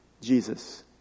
Jesus